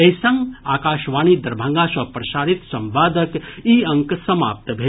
एहि संग आकाशवाणी दरभंगा सँ प्रसारित संवादक ई अंक समाप्त भेल